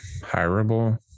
hireable